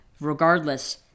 regardless